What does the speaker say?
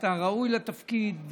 אתה ראוי לתפקיד,